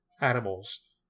animals